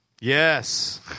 Yes